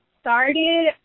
started